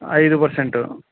ఐదు పర్సెంటు